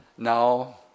now